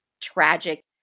tragic